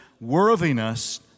worthiness